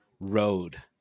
road